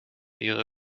ihre